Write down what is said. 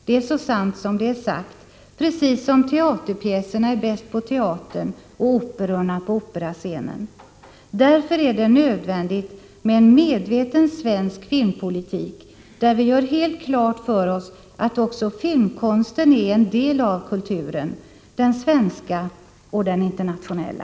Det är så sant som det är sagt, precis som teaterpjäserna är bäst på teatern och operorna på operascenen. Därför är det nödvändigt med en medveten svensk filmpolitik, där vi gör helt klart för oss att också filmkonsten är en del av kulturen, den svenska och den internationella.